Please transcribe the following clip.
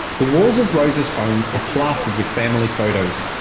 the walls of rosa's home are plastered with family photos,